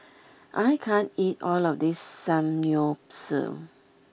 I can't eat all of this Samgyeopsal